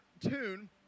tune